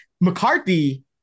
McCarthy